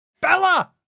Bella